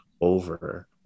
over